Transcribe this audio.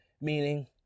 meaning